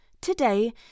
today